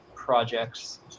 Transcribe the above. projects